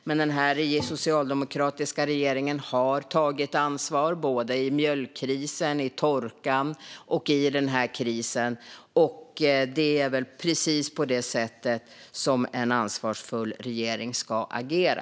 Men den här socialdemokratiska regeringen har tagit ansvar - i mjölkkrisen, vid torkan och i den här krisen. Det är precis på det sättet en ansvarsfull regering ska agera.